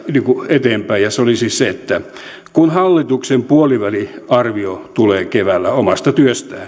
eteenpäin ja se ajatus olisi se että kun hallituksen puoliväliarvio omasta työstään